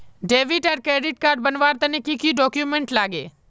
Debit आर credit card बनवार तने की की डॉक्यूमेंट लागे?